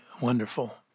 wonderful